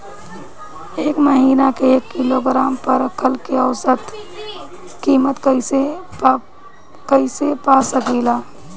एक महिना के एक किलोग्राम परवल के औसत किमत कइसे पा सकिला?